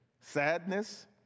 sadness